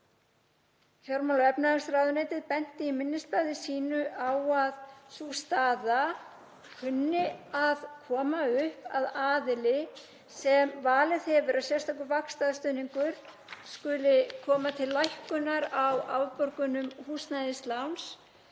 Fjármála- og efnahagsráðuneytið benti á í minnisblaði sínu á að sú staða kunni að koma upp að aðili sem valið hefur að sérstakur vaxtastuðningur skuli koma til lækkunar á afborgunum, húsnæðisláns,